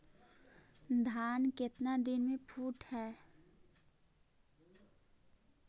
धान केतना दिन में फुट है?